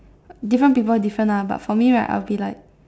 different people different lah but for me right I would be like